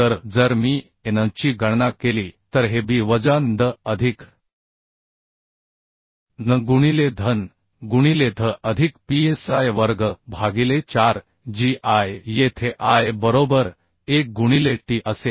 तर जर मी a n ची गणना केली तर हे b वजा ndh अधिक n गुणिले dhn गुणिले dh अधिक psi वर्ग भागिले 4 g i येथे i बरोबर 1 गुणिले t असेल